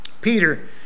Peter